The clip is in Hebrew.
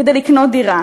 כדי לקנות דירה,